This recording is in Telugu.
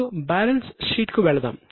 ఇప్పుడు బ్యాలెన్స్ షీట్ కు వెళ్దాం